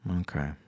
Okay